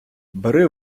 бери